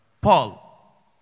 Paul